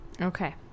Okay